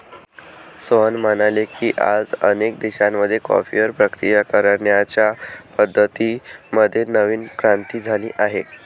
सोहन म्हणाले की, आज अनेक देशांमध्ये कॉफीवर प्रक्रिया करण्याच्या पद्धतीं मध्ये नवीन क्रांती झाली आहे